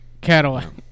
Cadillac